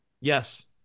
Yes